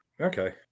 Okay